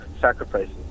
sacrifices